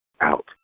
out